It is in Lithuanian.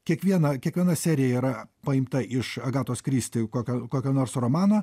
kiekvieną kiekviena serija yra paimta iš agatos kristi kokio kokio nors romano